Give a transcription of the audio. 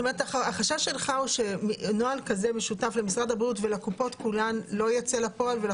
החשש שלך הוא שנוהל כזה משותף למשרד הבריאות ולקופות כולן לא יצא לפועל?